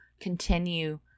continue